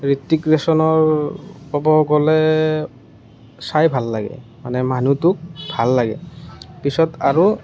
হৃত্তিক ৰোশনৰ ক'ব গ'লে চাই ভাল লাগে মানে মানুহটোক ভাল লাগে পিছত আৰু